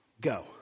Go